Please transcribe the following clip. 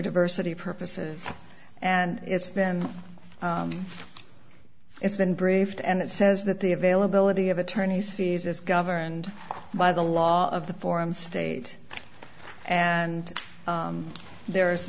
diversity purposes and it's been it's been briefed and it says that the availability of attorneys fees is governed by the law of the forum state and there